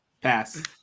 Pass